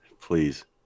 Please